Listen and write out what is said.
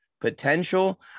potential